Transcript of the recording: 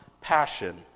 passion